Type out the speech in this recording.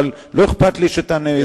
אבל לא אכפת לי שתענה על זה.